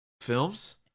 films